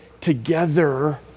together